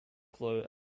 flow